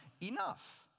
enough